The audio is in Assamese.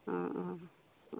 অঁ অঁঁ